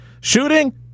Shooting